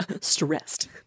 stressed